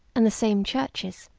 and the same churches.